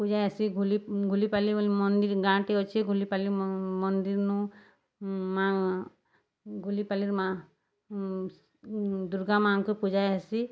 ପୂଜା ହେସି ଘୁଲିପାଲି ବୋଲି ମନ୍ଦିର୍ ଗାଁଟେ ଅଛେ ଘୁଲିପାଲି ମନ୍ଦିର୍ନୁ ମା ଘୁଲିପାଲି ମା' ଦୁର୍ଗା ମାଙ୍କୁ ପୂଜା ହେସି